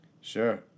Sure